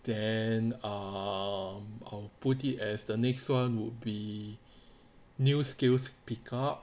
then err or I'll put it as the next one would be new skills picked up